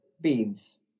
Beans